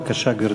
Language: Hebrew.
בבקשה, גברתי.